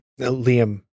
Liam